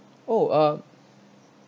oh uh